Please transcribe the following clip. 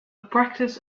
practice